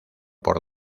por